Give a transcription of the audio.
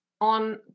on